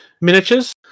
miniatures